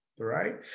right